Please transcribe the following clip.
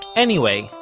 anyway,